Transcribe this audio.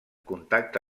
contacte